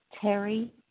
Terry